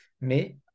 Mais